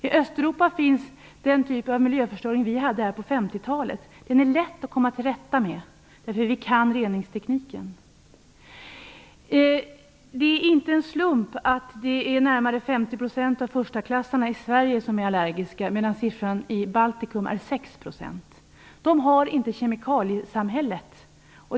I Östeuropa finns den typ av miljöförstöring som vi hade här på 50 talet. Den är lätt att komma till rätta med. Vi kan reningstekniken. Det är inte en slump att närmare 50 % av förstaklassarna i Sverige är allergiska medan siffran i Baltikum är 6 %. De har inte ett kemikaliesamhälle.